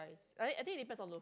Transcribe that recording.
price I I think it depends on lo~